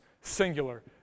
singular